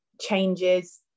changes